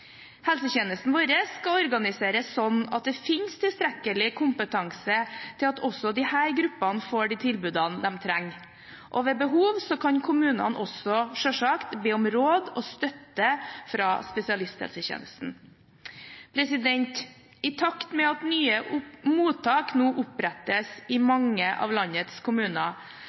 Helsetjenesten vår skal organiseres slik at det finnes tilstrekkelig kompetanse til at også disse gruppene får de tilbudene de trenger, og ved behov kan kommunene også selvsagt be om råd og støtte fra spesialisthelsetjenesten. I takt med at nye mottak nå opprettes i